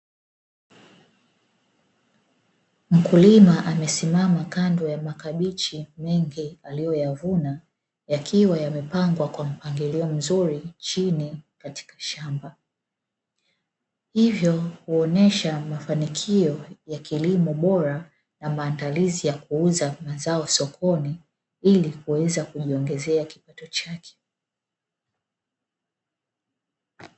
Mkulima amesimama kando ya makabichi mengi aliyoyavuna, yakiwa yamepangwa kwa mpangilio mzuri chini katika shamba. Hivyo huonesha mafanikio ya kilimo bora na maandalizi ya kuuza mazao sokoni, ili kuweza kujiongezea kipato chake.